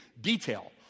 detail